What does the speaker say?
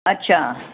अच्छा